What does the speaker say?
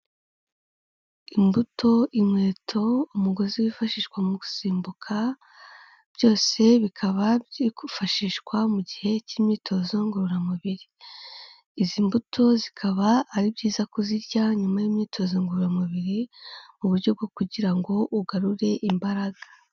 Imbuto, inkweto, umugozi wifashishwa mu gusimbuka byose bikaba byifashishwa mu gihe cy'imyitozo ngororamubiri, izi mbuto zikaba ari byiza kuzirya nyuma y'imyitozo ngororamubiri, mu buryo bwo kugira go ugarure imbaraga.